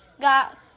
got